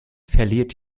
verliert